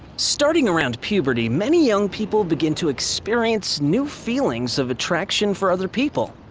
starting around puberty, many young people begin to experience new feelings of attraction for other people.